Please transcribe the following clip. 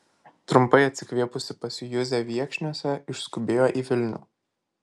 trumpai atsikvėpusi pas juzę viekšniuose išskubėjo į vilnių